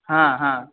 हा हा